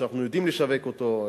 שאנחנו יודעים לשווק אותו: